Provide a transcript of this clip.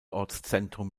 ortszentrum